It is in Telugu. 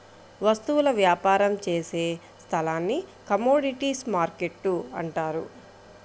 వస్తువుల వ్యాపారం చేసే స్థలాన్ని కమోడీటీస్ మార్కెట్టు అంటారు